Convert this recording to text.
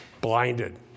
blinded